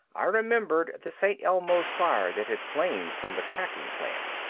i remembered the st. elmo's fire that had flamed from the cracking plant.